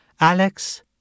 Alex